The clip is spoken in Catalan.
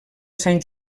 sant